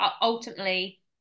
ultimately